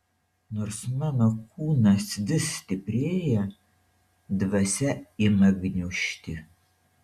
nors mano kūnas vis stiprėja dvasia ima gniužti